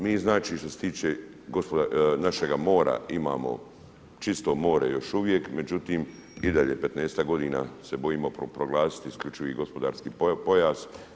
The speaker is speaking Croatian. Mi znači što se tiče našega mora imamo čisto more još uvijek, međutim i dalje 15-ak godina se bojimo proglasiti isključivi gospodarski pojas.